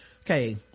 okay